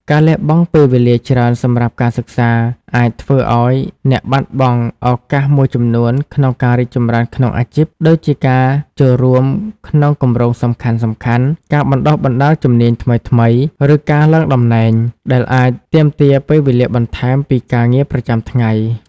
ការលះបង់ពេលវេលាច្រើនសម្រាប់ការសិក្សា អាចធ្វើឱ្យអ្នកបាត់បង់ឱកាសមួយចំនួនក្នុងការរីកចម្រើនក្នុងអាជីព ដូចជាការចូលរួមក្នុងគម្រោងសំខាន់ៗ ការបណ្តុះបណ្តាលជំនាញថ្មីៗ ឬការឡើងតំណែង ដែលអាចទាមទារពេលវេលាបន្ថែមពីការងារប្រចាំថ្ងៃ។